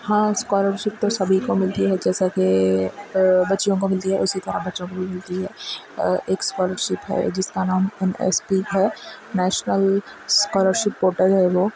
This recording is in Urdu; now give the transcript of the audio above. ہاں اسکالرشپ تو سبھی کو ملتی ہے جیسا کہ بچیوں کو ملتی ہے اسی طرح بچوں کو بھی ملتی ہے ایک اسکالرشپ ہے جس کا نام این ایس پی ہے نیشنل اسکالرشپ پورٹل ہے وہ